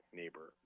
neighbor